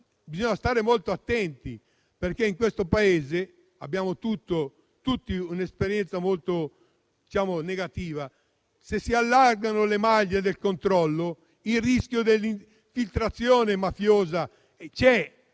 dobbiamo stare molto attenti, perché in questo Paese abbiamo avuto esperienze molto negative: se si allargano le maglie del controllo, c'è il rischio di infiltrazione mafiosa e,